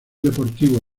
deportivo